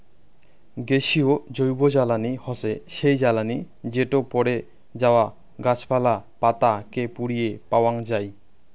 গ্যাসীয় জৈবজ্বালানী হসে সেই জ্বালানি যেটো পড়ে যাওয়া গাছপালা, পাতা কে পুড়িয়ে পাওয়াঙ যাই